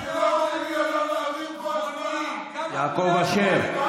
אתם לא רוצים, אתם לא רוצים, יעקב אשר,